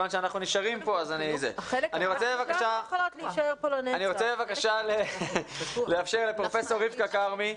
אני רוצה בבקשה לאפשר לפרופ' רבקה כרמי,